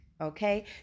Okay